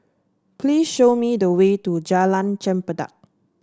please show me the way to Jalan Chempedak